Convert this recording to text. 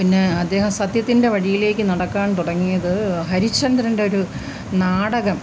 പിന്നെ അദ്ദേഹം സത്യത്തിൻ്റെ വഴിയിലേക്ക് നടക്കാൻ തുടങ്ങിയത് ഹരിചന്ദ്രൻ്റെ ഒരു നാടകം